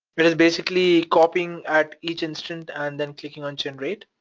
it is basically copying at each instance and then clicking on generate.